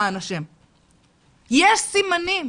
יש סימנים,